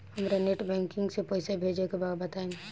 हमरा net banking से पईसा भेजे के बा बताई?